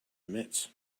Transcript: emits